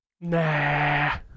Nah